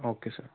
okay sir